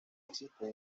existen